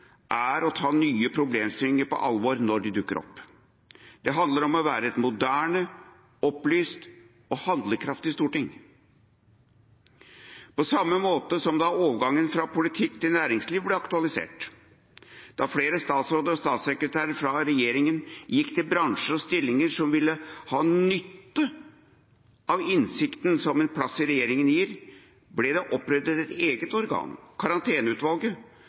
er å ta nye problemstillinger på alvor når de dukker opp. Det handler om å være et moderne, opplyst og handlekraftig storting. På samme måte som da overgangen fra politikken til næringslivet ble aktualisert, da flere statsråder og statssekretærer fra regjeringa gikk til bransjer og stillinger som ville ha nytte av innsikten som en plass i regjering gir, ble det opprettet et eget organ, Karanteneutvalget,